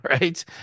right